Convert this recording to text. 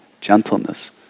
gentleness